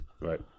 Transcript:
Right